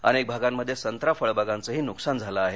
अनेक भागांमध्ये संत्रा फळबागांचंही नुकसान झालं आहे